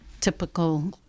typical